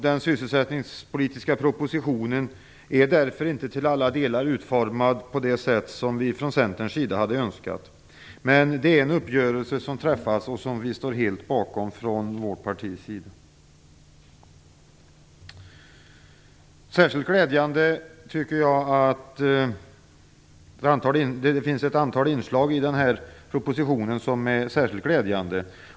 Den sysselsättningspolitiska propositionen är därför inte till alla delar utformad på det sätt som vi i Centern hade önskat. Men det är en uppgörelse som träffats och som vi i partiet helt står bakom. Det finns ett antal inslag i propositionen som är särskilt glädjande.